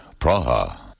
Praha